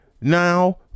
now